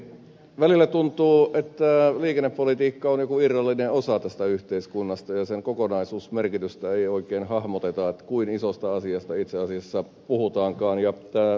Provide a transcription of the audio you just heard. välillä tuntuu että liikennepolitiikka on joku irrallinen osa tästä yhteiskunnasta ja sen kokonaismerkitystä ei oikein hahmoteta kuinka isosta asiasta itse asiassa puhutaankaan